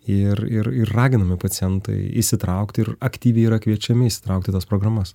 ir ir ir raginami pacientai įsitraukti ir aktyviai yra kviečiami įsitraukti į tas programas